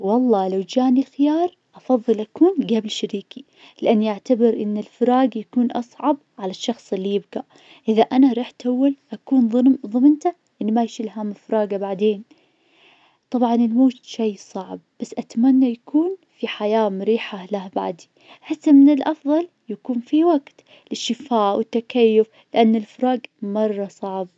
والله لو جاني خيار, أفضل أكون قبل شريكي, لأني أعتبر إن الفراق يكون أصعب على الشخص اللي يبقى, إذا أنا رحت لول, أكون ظلم- ضمنت إني ما يشيل هم فراقه بعدين, طبعاً الموت شي صعب, بس أتمنى يكون في حياة مريحة له بعدي, حتى من الأفضل يكون في وقت الشفاء والتكيف لأن الفراق مرة صعب.